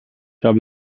habe